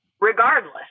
regardless